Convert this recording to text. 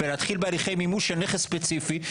ולהתחיל בהליכי מימוש של נכס ספציפי.